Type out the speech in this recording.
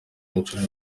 inshuro